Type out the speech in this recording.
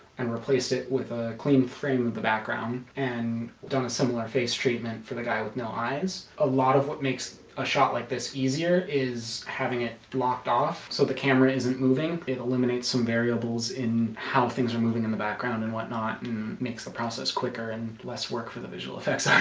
and replaced it with a clean frame of the background and done a similar face treatment for the guy with no eyes. a lot of what makes a shot like this easier is having it blocked off so the camera isn't moving it eliminates some variables in how things are moving in the background and whatnot makes the process quicker and less work for the visual effects ah